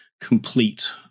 complete